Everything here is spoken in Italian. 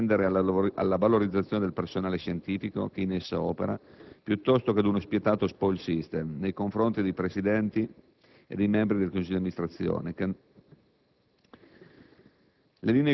il cui obiettivo deve tendere alla valorizzazione del personale scientifico che in essa opera piuttosto che ad uno spietato *spoyls system* nei confronti di presidenti e membri dei consigli d'amministrazione.